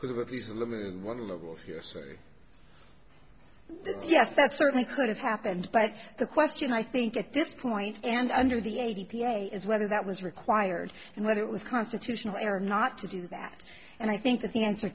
could have at least a limited one level of hearsay yes that's certainly could have happened but the question i think at this point and under the a t p a is whether that was required and whether it was constitutional or not to do that and i think that the answer